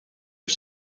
are